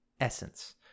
essence